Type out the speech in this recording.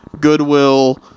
goodwill